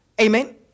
Amen